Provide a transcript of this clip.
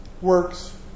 works